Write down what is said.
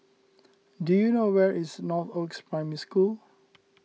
do you know where is Northoaks Primary School